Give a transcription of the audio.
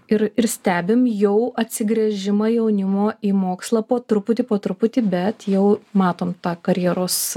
ir ir stebim jau atsigręžimą jaunimo į mokslą po truputį po truputį bet jau matom tą karjeros